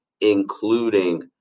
including